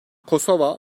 kosova